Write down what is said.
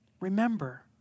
Remember